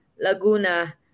Laguna